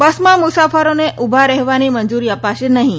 બસમાં મુસાફરોને ઊભા રહેવાની મંજુરી અપાશે નહીં